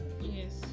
Yes